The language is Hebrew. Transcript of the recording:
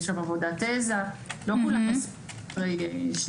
יש שם עבודת תזה, לא כולם מסיימים אחרי שנתיים.